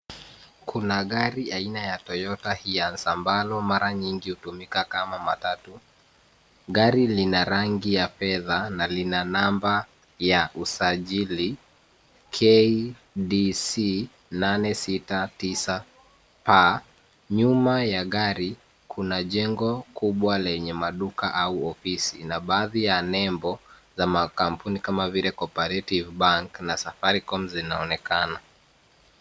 Kuna gari aina ya Toyota Hiace ambalo mara nyingi kutumika kama matatu. Gari lina rangi ya fedha na lina number ya usajili, KDC 869P. Nyuma ya gari, kuna jengo kubwa lenye maduka au ofisi na baadhi ya nembo za makampuni kama vile Co-operative Bank na Safaricom zinaonekana.